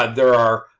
and there are